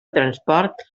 transport